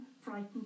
frightened